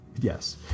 Yes